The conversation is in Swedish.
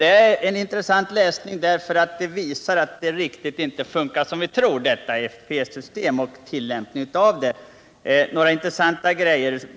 Det är en intressant läsning som visar att tillämpningen av systemet inte riktigt fungerar som vi tror.